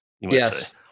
Yes